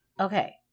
Okay